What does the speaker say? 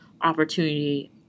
opportunity